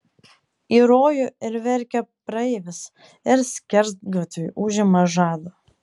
į rojų ir verkia praeivis ir skersgatviui užima žadą